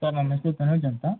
sir ನಮ್ಮ ಹೆಸರು ತನುಜ್ ಅಂತ